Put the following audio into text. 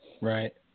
Right